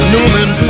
Newman